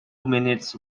minute